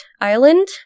Island